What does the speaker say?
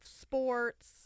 sports